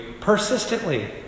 persistently